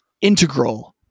integral